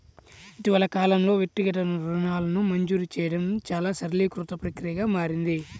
ఇటీవలి కాలంలో, వ్యక్తిగత రుణాలను మంజూరు చేయడం చాలా సరళీకృత ప్రక్రియగా మారింది